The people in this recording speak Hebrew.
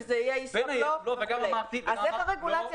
כי זה מפסיק את התמריץ.